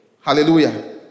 Hallelujah